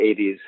80s